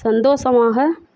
சந்தோஷமாக